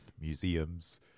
museums